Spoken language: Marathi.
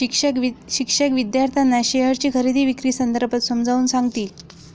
शिक्षक विद्यार्थ्यांना शेअरची खरेदी विक्री संदर्भात समजावून सांगतील